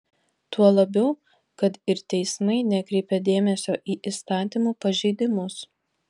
tuo labiau kad ir teismai nekreipia dėmesio į įstatymų pažeidimus